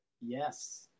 Yes